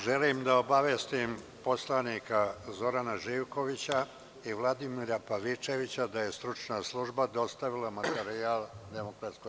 Želim da obavestim poslanike Zorana Živkovića i Vladimira Pavićevića da je stručna služba dostavila materijale DS.